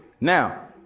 Now